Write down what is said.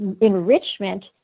enrichment